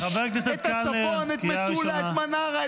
את הצפון ----- חבר הכנסת קלנר,